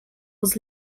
was